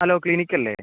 hello clinic അല്ലേ